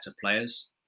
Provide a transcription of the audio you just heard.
players